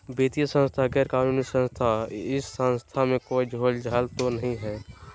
वित्तीय संस्था गैर कानूनी संस्था है इस संस्था में कोई झोलझाल तो नहीं है?